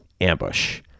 ambush